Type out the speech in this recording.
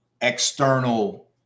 external